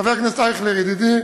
חבר הכנסת אייכלר, ידידי,